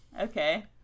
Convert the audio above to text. Okay